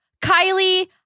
Kylie